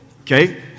okay